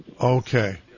Okay